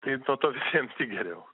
tai nuo to visiems tik geriau